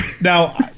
now